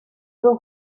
will